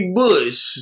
bush